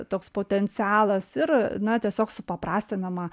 toks potencialas ir na tiesiog supaprastinama